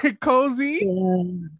cozy